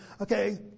okay